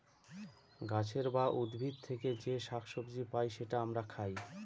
গাছের বা উদ্ভিদ থেকে যে শাক সবজি পাই সেটা আমরা খাই